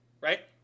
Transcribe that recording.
right